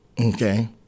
Okay